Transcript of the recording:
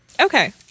Okay